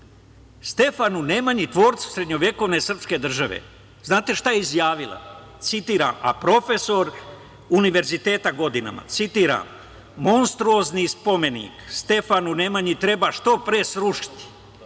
Stefanu Nemanji tvorcu srednjevekovne srpske države. Znate li šta je izjavila, a profesor Univerziteta godinama, citiram: “Monstruozni spomenik Stefanu Nemanji treba što pre srušiti